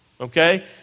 Okay